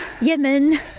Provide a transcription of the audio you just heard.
Yemen